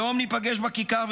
היום ניפגש בכיכר,